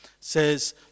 says